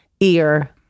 Ear